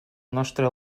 nostre